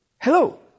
hello